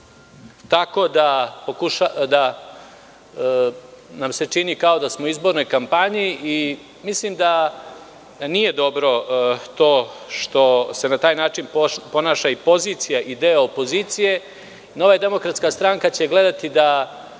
tako da nam se čini kao da smo u izbornoj kampanji. Mislim da nije dobro to što se na taj način ponaša i pozicija i deo opozicije. Nova demokratska stranka će gledati da